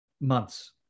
months